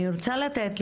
אני רוצה לתת